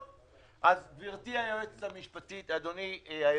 גברתי היועצת המשפטית, אדוני היושב-ראש,